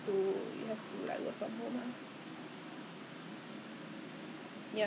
ya lah 就 so that's why on the road I think even now the road is still consider quite quiet